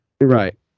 Right